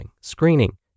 screening